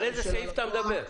על איזה סעיף אתה מדבר?